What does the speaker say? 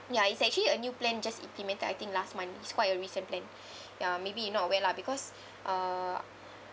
ya it's actually a new plan just implemented I think last month it's quite a recent plan ya maybe you not aware lah because uh